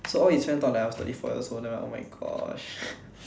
so all his friend thought that I was thirty four years old then I'm like oh my gosh